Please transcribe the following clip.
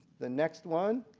the next one